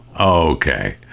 Okay